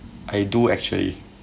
I do actually